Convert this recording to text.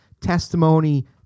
testimony